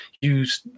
use